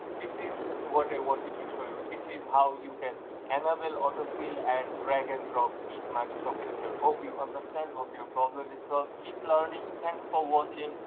this is what i wanted to show you. this is how you can enable auto-fill and drag and drop in microsoft excel. hope you understand. hope your problem is solved. keep learning. thanks for watching.